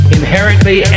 inherently